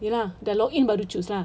ye lah dah log in baru choose lah